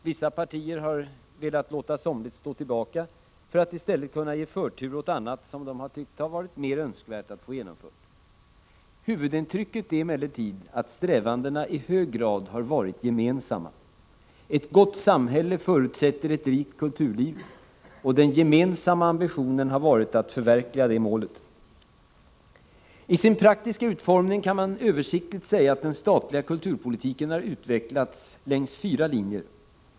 Vissa partier har velat låta somligt stå tillbaka, för att i stället kunna ge förtur åt annat som de tyckt varit mer önskvärt att få genomfört. Huvudintrycket är emellertid att strävandena i hög grad har varit gemensamma: Ett gott samhälle förutsätter ett rikt kulturliv, och den gemensamma ambitionen har varit att förverkliga det målet. I sin praktiska utformning kan man översiktligt säga att den statliga kulturpolitiken utvecklats längs fyra linjer.